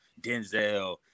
Denzel